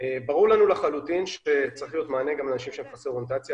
ברור לנו לחלוטין שצריך להיות מענה גם לאנשים שהם חסרי אוריינטציה.